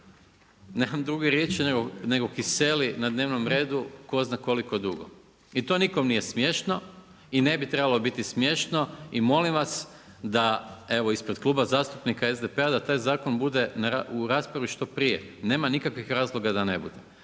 nemam druge riječi nego kiseli na dnevnom redu ko zna koliko dugo. I to nikome nije smiješno i ne bi trebalo biti smiješno i molim vas, da evo ispred Kluba zastupnika SDP-a da taj zakon bude u raspravi što prije. Nemam nikakvih razloga da ne bude.